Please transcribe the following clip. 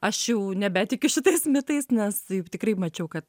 aš jau nebetikiu šitais mitais nes tikrai mačiau kad